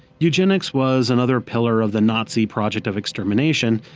eugenics was another pillar of the nazi project of extermination,